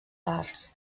parts